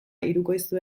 hirukoiztu